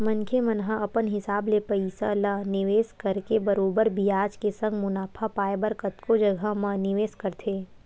मनखे मन ह अपन हिसाब ले पइसा ल निवेस करके बरोबर बियाज के संग मुनाफा पाय बर कतको जघा म निवेस करथे